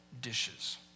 dishes